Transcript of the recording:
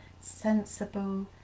sensible